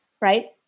Right